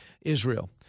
Israel